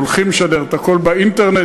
הולכים לשדר את הכול באינטרנט,